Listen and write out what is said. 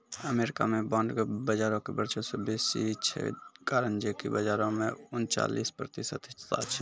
America मे bond बजारो के वर्चस्व बेसी छै, कारण जे कि बजारो मे उनचालिस प्रतिशत हिस्सा छै